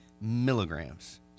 milligrams